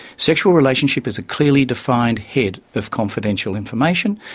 sexual relationship is a clearly defined head of confidential information,